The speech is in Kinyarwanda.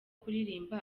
kuririmba